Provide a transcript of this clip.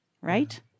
right